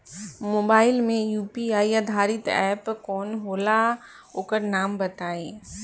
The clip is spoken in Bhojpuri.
मोबाइल म यू.पी.आई आधारित एप कौन होला ओकर नाम बताईं?